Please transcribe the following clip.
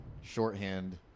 shorthand